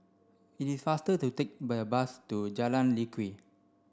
it is faster to take the bus to Jalan Lye Kwee